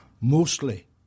mostly